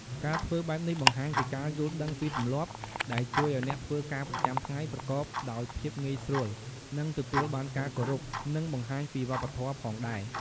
ការធ្វើបែបនេះបង្ហាញពីការយល់ដឹងពីទម្លាប់ ដែលជួយឱ្យអ្នកធ្វើការប្រចាំថ្ងៃប្រកបដោយភាពងាយស្រួល និងទទួលបានការគោរព និងបង្ហាញពីវប្បធម៌ផងដែរ។